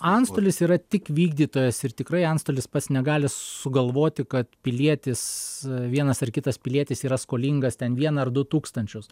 antstolis yra tik vykdytojas ir tikrai antstolis pats negali sugalvoti kad pilietis vienas ar kitas pilietis yra skolingas ten vieną ar du tūkstančius